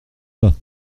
pas